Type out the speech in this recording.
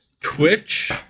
twitch